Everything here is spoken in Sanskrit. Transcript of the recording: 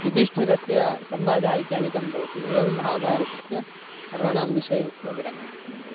युधिष्ठिरस्य संवादः इत्यादिकं भवति एवं महाभारतस्य पर्वणां विषये उक्त्वा विरमामि